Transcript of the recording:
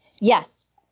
Yes